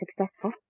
successful